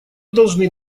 должны